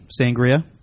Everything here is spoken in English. sangria